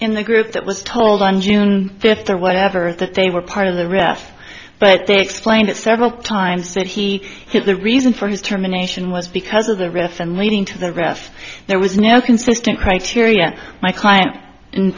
in the group that was told on june fifth or whatever that they were part of the rest but they explained it several times that he has the reason for his terminations was because of the ref and leading to the draft there was no consistent criteria my client and